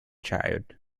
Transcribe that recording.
child